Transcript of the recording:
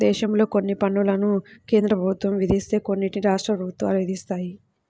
దేశంలో కొన్ని పన్నులను కేంద్ర ప్రభుత్వం విధిస్తే కొన్నిటిని రాష్ట్ర ప్రభుత్వాలు విధిస్తాయి